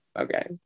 okay